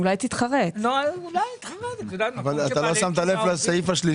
למה עד היום לא עשיתם את זה?